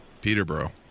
Peterborough